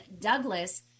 Douglas